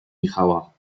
michała